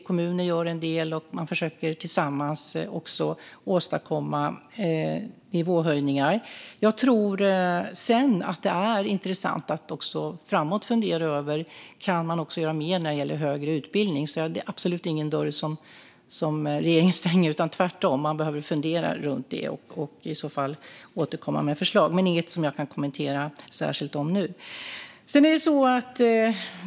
Kommunerna gör en del, och man försöker tillsammans också åstadkomma nivåhöjningar. Jag tror att det också är intressant att framåt fundera över om man kan göra mer när det gäller högre utbildning. Det är absolut ingen dörr som regeringen stänger. Tvärtom behöver man fundera på det och i så fall återkomma med förslag. Men det är inget som jag kan kommentera särskilt nu.